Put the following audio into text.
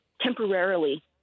temporarily